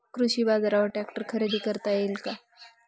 कृषी बाजारवर ट्रॅक्टर खरेदी करता येईल का?